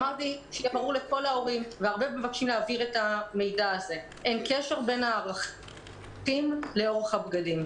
אין קשר בין הערכים לאורך הבגדים.